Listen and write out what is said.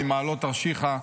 ממעלות-תרשיחא,